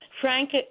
Frank